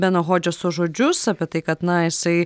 beno hodžeso žodžius apie tai kad na jisai